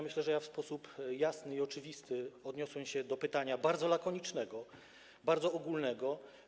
Myślę, że w sposób jasny i oczywisty odniosłem się do pytania bardzo lakonicznego, bardzo ogólnego.